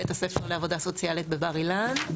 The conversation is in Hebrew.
בית הספר לעבודה סוציאלית בבר אילן,